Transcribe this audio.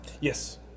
yes